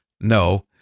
No